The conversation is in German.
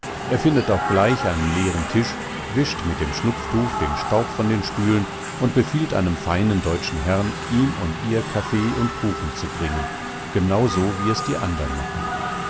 er findet auch gleich einen leeren tisch wischt mit dem schnupftuch den staub von den stühlen und befiehlt einem feinen deutschen herrn ihm und ihr kaffee und kuchen zu bringen genau so wie es die anderen machen